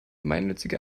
gemeinnützige